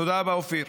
תודה רבה, אופיר.